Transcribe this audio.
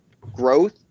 growth